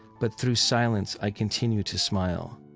but through silence, i continue to smile.